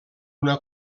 una